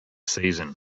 season